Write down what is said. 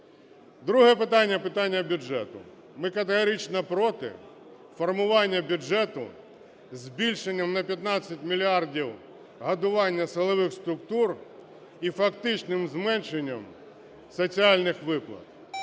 Друге питання – питання бюджету. Ми категорично проти формування бюджету зі збільшенням на 15 мільярдів годування силових структур і фактичним зменшенням соціальних виплат.